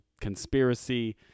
conspiracy